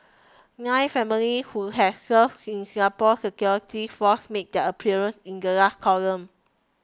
nine families who have served in Singapore's security forces made their appearance in the last column